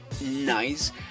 nice